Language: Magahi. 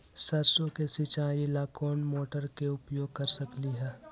सरसों के सिचाई ला कोंन मोटर के उपयोग कर सकली ह?